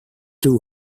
two